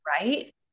right